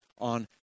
on